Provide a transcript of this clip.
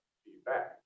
feedback